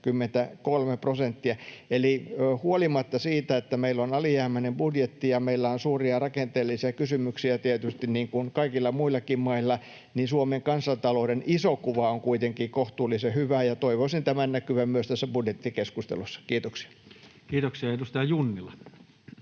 Eli huolimatta siitä, että meillä on alijäämäinen budjetti ja meillä on suuria rakenteellisia kysymyksiä, niin kuin tietysti kaikilla muillakin mailla, niin Suomen kansantalouden iso kuva on kuitenkin kohtuullisen hyvä, ja toivoisin tämän näkyvän myös tässä budjettikeskustelussa. — Kiitoksia. [Speech 195]